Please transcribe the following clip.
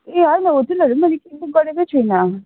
ए होइन तिनीहरू मैले गरेकै छैन